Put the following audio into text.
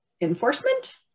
enforcement